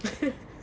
fifth